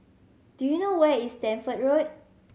do you know where is Stamford Road